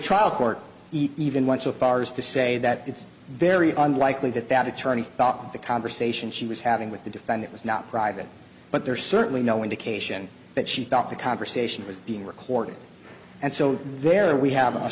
trial court even went so far as to say that it's very unlikely that that attorney talk the conversation she was having with the defendant was not private but there is certainly no indication that she thought the conversation was being recorded and so there we have a